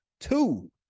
two